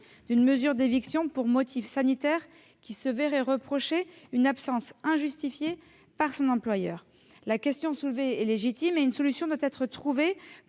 d'une mesure d'éviction pour motif sanitaire court le risque de se voir reprocher une absence injustifiée par son employeur. La question posée est légitime, et une solution doit être trouvée.